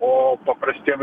o paprastiem